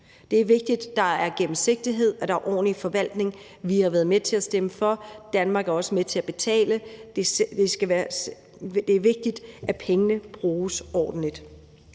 Det er vigtigt, at der er gennemsigtighed, at der er ordentlig forvaltning. Vi har været med til at stemme for. Danmark er også med til at betale. Det er vigtigt, at pengene bruges ordentligt.